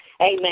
Amen